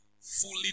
fully